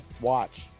Watch